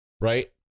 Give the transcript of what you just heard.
right